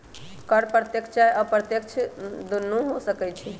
कर प्रत्यक्ष चाहे अप्रत्यक्ष दुन्नो हो सकइ छइ